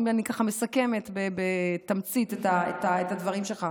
אם אני מסכמת בתמצית את הדברים שלך,